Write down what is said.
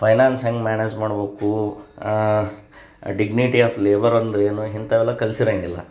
finance ಹೆಂಗೆ manage ಮಾಡ್ಬೇಕು dignity of labour ಅಂದರೇನು ಇಂಥವೆಲ್ಲ ಕಲಿಸಿರಂಗಿಲ್ಲ